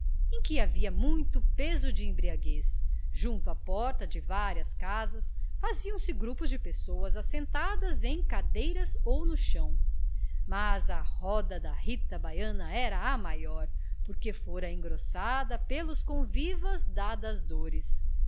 em que havia muito peso de embriaguez junto à porta de várias casas faziam-se grupos de pessoas assentadas em cadeiras ou no chão mas a roda da rita baiana era a maior porque fora engrossada pelos convivas da das dores